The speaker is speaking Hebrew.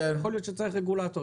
יכול להיות שצריך רגולטור.